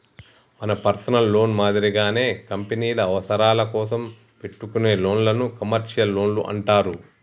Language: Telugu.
మన పర్సనల్ లోన్ మాదిరిగానే కంపెనీల అవసరాల కోసం పెట్టుకునే లోన్లను కమర్షియల్ లోన్లు అంటారు